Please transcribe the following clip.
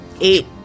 eight